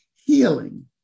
healing